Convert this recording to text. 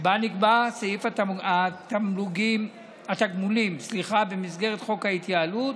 שבה נקבע סעיף התגמולים במסגרת חוק ההתייעלות,